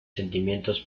sentimientos